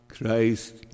Christ